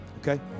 Okay